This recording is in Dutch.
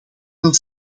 van